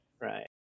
Right